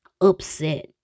upset